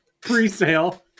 Pre-sale